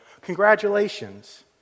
congratulations